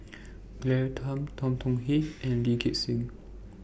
Claire Tham Tan Tong Hye and Lee Gek Seng